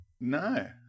No